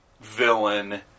villain